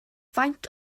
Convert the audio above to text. faint